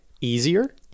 easier